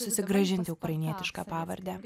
susigrąžinti ukrainietišką pavardę